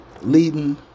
leading